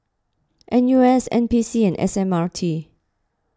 N U S N P C and S M R T